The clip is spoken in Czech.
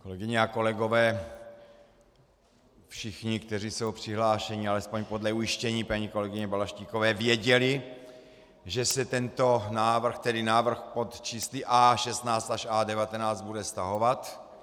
Kolegyně a kolegové, všichni, kteří jsou přihlášeni, alespoň podle ujištění paní kolegyně Balaštíkové, věděli, že se tento návrh, tedy návrh pod čísly A16 až A19, bude stahovat.